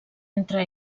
entre